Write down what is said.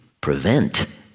prevent